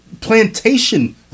plantation